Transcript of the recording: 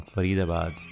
Faridabad